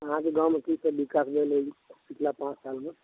अहाँके गाँवमे की सब विकास भेल यऽ पिछला पाँच सालमे